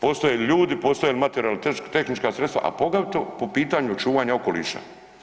Postoje ljudi, postoje li materijalno-tehnička sredstva, a poglavito po pitanju čuvanja okoliša.